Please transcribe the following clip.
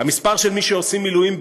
הלימודים דברים מסוימים.